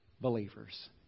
believers